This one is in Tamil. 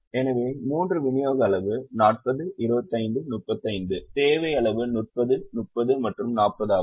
எனவே 3 விநியோக அளவு 40 25 35 தேவை அளவு 30 30 மற்றும் 40 ஆகும்